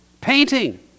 Painting